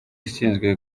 ishinzwe